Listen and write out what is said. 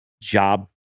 job